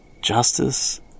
justice